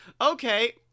okay